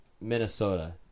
Minnesota